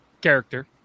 character